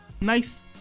nice